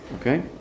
okay